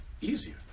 easier